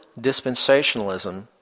dispensationalism